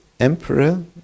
Emperor